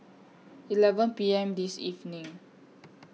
eleven P M This evening